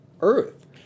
Earth